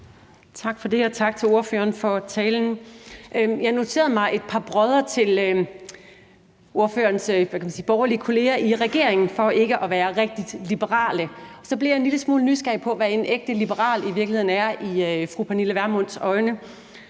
Tak for det. Og tak til ordføreren for talen. Jeg noterede mig, at ordføreren med en vis brod gav udtryk for, at ordførerens borgerlige kolleger i regeringen ikke er rigtigt liberale. Så blev jeg en lille smule nysgerrig på, hvad en ægte liberal i virkeligheden er i fru Pernille Vermunds øjne.